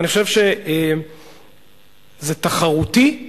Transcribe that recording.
אני חושב שזה תחרותי,